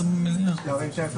עבירה.